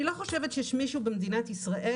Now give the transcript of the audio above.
אני לא חושבת שיש מישהו במדינת ישראל